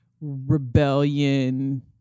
rebellion